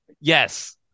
Yes